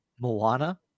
Moana